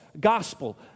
gospel